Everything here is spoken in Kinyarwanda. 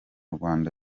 rwanda